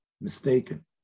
mistaken